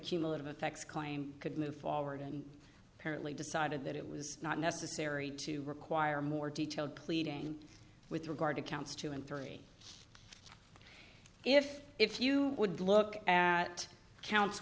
cumulative effects claim could move forward and apparently decided that it was not necessary to require more detailed pleading with regard to counts two and three if if you would look at counts